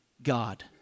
God